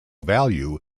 value